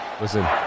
listen